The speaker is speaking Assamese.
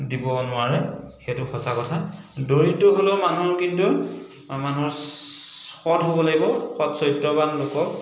দিব নোৱাৰে সেইটো সঁচা কথা দৰিদ্ৰ হ'লেও মানুহৰ কিন্তু মানুহৰ সৎ হ'ব লাগিব সৎ চৰিত্ৰৱান লোকক